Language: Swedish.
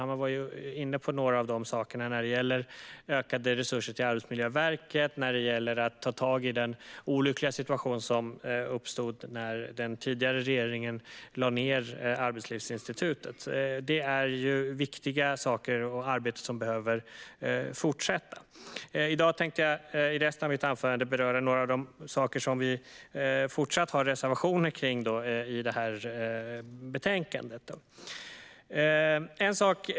Magnus Manhammar var inne på några av dessa, till exempel vad gäller ökade resurser till Arbetsmiljöverket och att ta tag i den olyckliga situation som uppstod när den tidigare regeringen lade ned Arbetslivsinstitutet. Det är ett viktigt arbete som behöver fortsätta. I resten av mitt anförande ska jag beröra några av de frågor där vi har reservationer i detta betänkande.